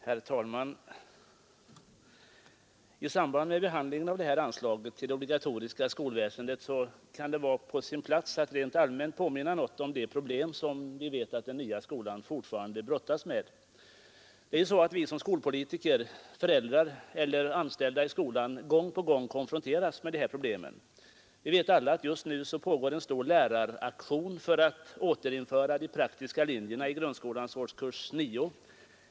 Herr talman! I samband med behandlingen av anslaget till det obligatoriska skolväsendet kan det vara på sin plats att rent allmänt påminna något om de problem som vi vet att den nya skolan fortfarande brottas med. Som skolpolitiker, föräldrar eller anställda i skolan konfronteras vi gång på gång med dessa problem. Vi vet alla att det just nu pågår en stor läraraktion för att återinföra de praktiska linjerna i grundskolans årskurs 9.